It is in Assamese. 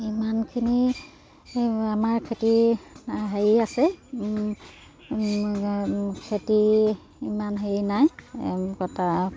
ইমানখিনি আমাৰ খেতি হেৰি আছে খেতি ইমান হেৰি নাই কটা